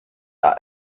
are